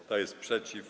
Kto jest przeciw?